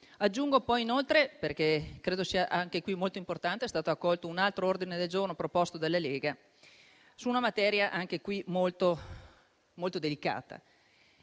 Aggiungo inoltre, perché credo sia molto importante, che è stato accolto un altro ordine del giorno proposto dalla Lega, su una materia anch'essa molto delicata